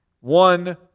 One